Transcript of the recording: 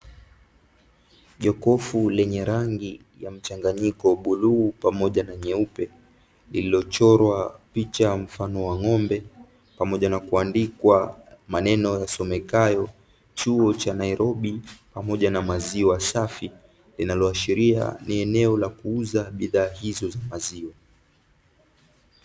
Jokofu lenye rangi mchanganyiko; bluu pamoja na nyeupe, lililochorwa picha mfano wa ng'ombe pamoja na kuandikwa maneno yasomekayo "University of Nairobi", pamoja na maziwa safi, linaloashiria ni eneo la kuuza bidhaa hizo za maziwa.